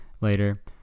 later